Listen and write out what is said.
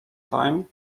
time